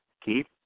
Keith